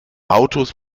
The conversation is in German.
autos